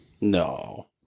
No